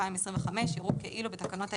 2025 יראו כאילו בתקנות העיקריות,